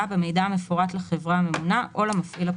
במידע המפורט לחברה הממונה או למפעיל הפרטי.